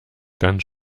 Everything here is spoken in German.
ganz